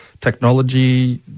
technology